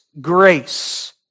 grace